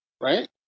right